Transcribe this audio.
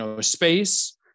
space